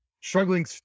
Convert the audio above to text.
struggling